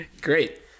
Great